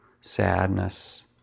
sadness